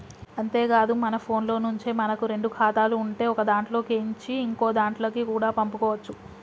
అంతేకాదు మన ఫోన్లో నుంచే మనకు రెండు ఖాతాలు ఉంటే ఒకదాంట్లో కేంచి ఇంకోదాంట్లకి కూడా పంపుకోవచ్చు